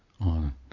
on